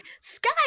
sky